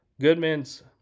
Goodman's